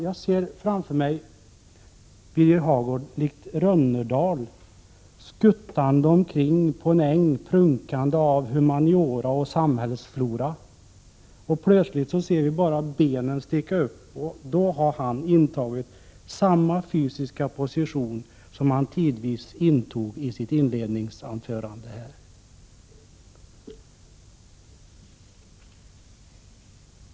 Jag ser framför mig Birger Hagård likt Rönnerdal skuttande omkring på en äng, prunkande av humaniora och samhällsflora. Plötsligt ser vi bara benen sticka upp. Då har han intagit samma fysiska position som han tidvis intog i sitt inledningsanförande här.